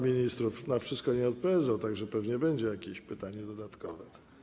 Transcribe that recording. Nie, znam ministrów, na wszystko nie odpowiedzą, tak że pewnie będzie jakieś pytanie dodatkowe.